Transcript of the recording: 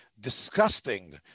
disgusting